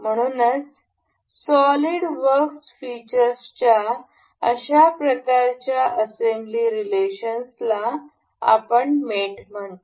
म्हणूनच SolidWorks फीचर्सच्या अशा प्रकारच्या असेंबली रिलेशन्स ला आपण मेट म्हणतो